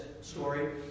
story